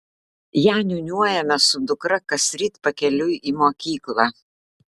ją niūniuojame su dukra kasryt pakeliui į mokyklą